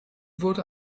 wurde